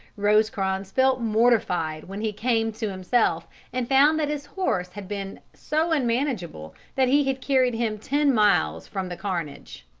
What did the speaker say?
rosecrans felt mortified when he came to himself and found that his horse had been so unmanageable that he had carried him ten miles from the carnage.